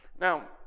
now